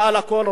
מעל הכול,